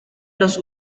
los